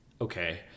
okay